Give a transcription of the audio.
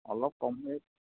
অলপ কম ৰেট